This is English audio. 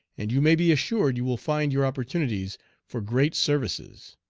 and you may be assured you will find your opportunities for great services,